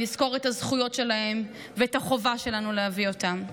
ונזכור את הזכויות שלהם ואת החובה שלנו להביא אותם.